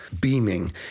beaming